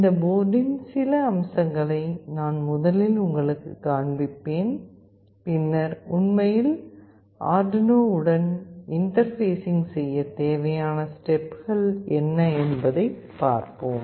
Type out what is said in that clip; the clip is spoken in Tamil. இந்த போர்டின் சில அம்சங்களை நான் முதலில் உங்களுக்குக் காண்பிப்பேன் பின்னர் உண்மையில் ஆர்டுயினோ உடன் இன்டர்பேஸிங் செய்ய தேவையான ஸ்டெப்கள் என்ன என்பதை பார்ப்போம்